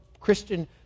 Christian